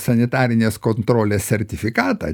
sanitarinės kontrolės sertifikatą